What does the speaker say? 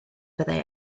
fyddai